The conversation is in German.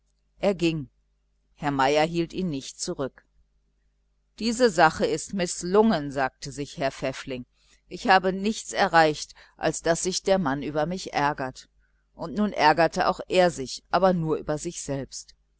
er ging der hotelbesitzer hielt ihn nicht zurück diese sache ist mißlungen sagte sich herr pfäffling ich habe nichts erreicht als daß sich der mann über mich ärgert und nun ärgerte auch er sich aber nur über sich selbst